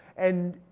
and